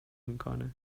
میکنه